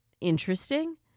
interesting